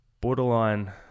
borderline